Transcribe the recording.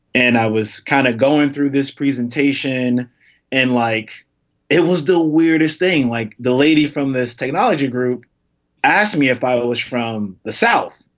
and i was kind of going through this presentation and like it was the weirdest thing. like the lady from this technology group asked me if i was from the south,